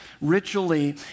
ritually